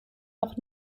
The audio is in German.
noch